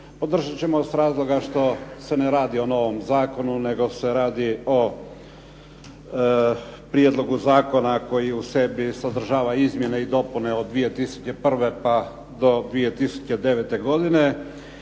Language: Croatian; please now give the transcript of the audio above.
Podržati ćemo s razloga što se ne radi o novom zakonu, nego se radi o prijedlogu zakona koji u sebi sadržava izmjene i dopune od 2001. pa do 2009. godine